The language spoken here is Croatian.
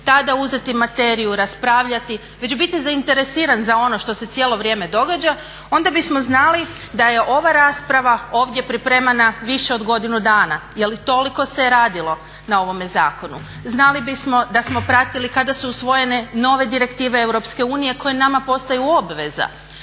tada uzeti materiju, raspravljati, već biti zainteresiran za ono što se cijelo vrijeme događa, onda bismo znali da je ova rasprava ovdje pripremana više od godinu dana jer toliko se radilo na ovome zakonu. Znali bismo da smo pratili kada su usvojene nove direktive Europske unije koje nama postaju obveza.